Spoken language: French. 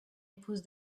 épouse